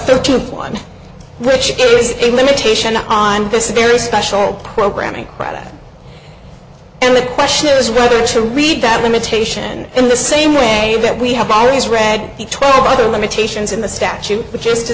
thirteenth one which is a limitation on this very special programming rather and the question is whether to read that limitation in the same way that we have always read the twelve other limitations in the statute which is to